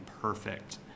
perfect